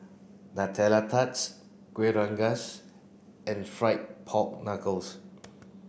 Nutella Tart Kueh Rengas and fried pork knuckles